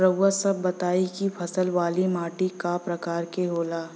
रउआ सब बताई कि फसल वाली माटी क प्रकार के होला?